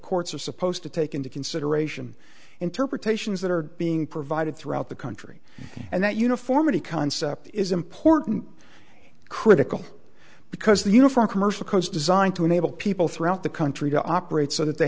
courts are supposed to take into consideration interpretations that are being provided throughout the country and that uniformity concept is important critical because the uniform commercial code is designed to enable people throughout the country to operate so that they